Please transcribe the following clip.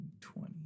twenty